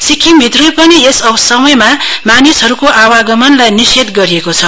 सिक्किमभित्रै पनि यस समयमा मानिसहरूको आवागमनलाई निषेध गरिएको छ